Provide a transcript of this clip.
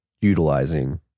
utilizing